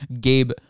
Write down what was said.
Gabe